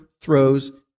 throws